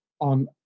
on